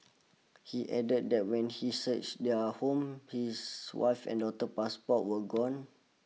he added that when he searched their home his wife's and daughter's passports were gone